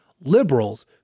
liberals